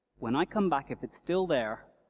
when i come back, if it's still there,